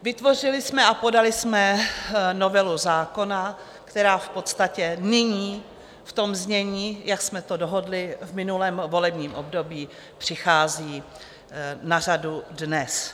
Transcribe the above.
Vytvořili jsme a podali jsme novelu zákona, která v podstatě nyní v tom znění, jak jsme to dohodli v minulém volebním období, přichází na řadu dnes.